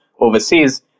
overseas